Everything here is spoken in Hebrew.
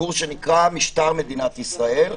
קורס שנקרא: משטר מדינת ישראל.